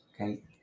Okay